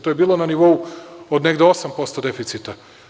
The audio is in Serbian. To je bilo na nivou od negde 8% deficita.